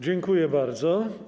Dziękuję bardzo.